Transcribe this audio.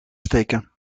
steken